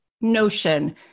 notion